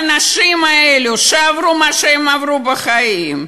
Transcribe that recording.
האנשים האלה, שעברו מה שהם עברו בחיים,